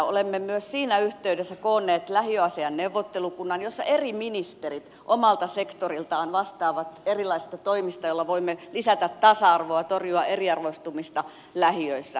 olemme myös siinä yhteydessä koonneet lähiöasiain neuvottelukunnan jossa eri ministerit omalta sektoriltaan vastaavat erilaisista toimista joilla voimme lisätä tasa arvoa ja torjua eriarvoistumista lähiöissä